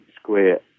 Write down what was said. square